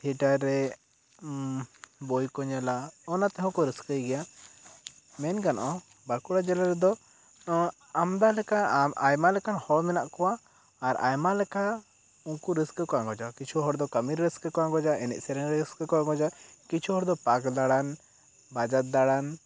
theatre ᱨᱮ ᱵᱚᱭ ᱠᱚ ᱧᱮᱞᱟ ᱚᱱᱟ ᱛᱮᱦᱚᱸ ᱠᱚ ᱨᱟᱹᱥᱠᱟᱹᱭ ᱜᱮᱭᱟ ᱢᱮᱱ ᱜᱟᱱᱚᱜᱼᱟ ᱵᱟᱸᱠᱩᱲᱟ ᱡᱮᱞᱟ ᱨᱮᱫᱚ ᱟᱢᱫᱟ ᱞᱮᱠᱟ ᱟᱭᱢᱟ ᱞᱮᱠᱟᱱ ᱦᱚᱲ ᱢᱮᱱᱟᱜ ᱠᱚᱣᱟ ᱟᱨ ᱟᱭᱢᱟ ᱞᱮᱠᱟ ᱩᱱᱠᱩ ᱨᱟᱹᱥᱠᱟᱹ ᱠᱚ ᱟᱸᱜᱚᱪᱟ ᱠᱤᱪᱷᱩ ᱦᱚᱲ ᱫᱚ ᱠᱟᱹᱢᱤ ᱨᱟᱹᱥᱠᱟᱹ ᱠᱚ ᱟᱸᱜᱚᱡᱟ ᱮᱱᱮᱡ ᱥᱮᱨᱮᱧ ᱨᱮ ᱨᱟᱹᱥᱠᱟᱹ ᱠᱚ ᱟᱸᱜᱚᱡᱟ ᱠᱤᱪᱷᱩ ᱦᱚᱲ ᱫᱚ ᱯᱟᱨᱠ ᱫᱟᱬᱟᱱ ᱵᱟᱡᱟᱨ ᱫᱟᱬᱟᱱ